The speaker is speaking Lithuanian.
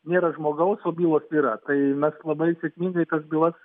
nėra žmogaus o bylos yra tai mes labai sėkmingai tas bylas